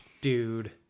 dude